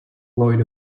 lloyd